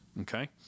Okay